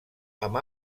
amb